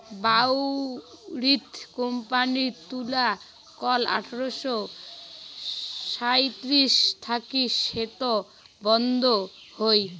বাউরিথ কোম্পানির তুলাকল আঠারশো সাঁইত্রিশ থাকি সেটো বন্ধ হই